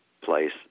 place